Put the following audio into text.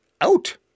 out